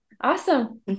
awesome